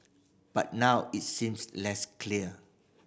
but now it seems less clear